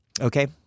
Okay